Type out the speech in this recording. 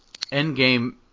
Endgame